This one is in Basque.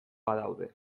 badaude